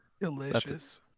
Delicious